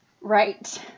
Right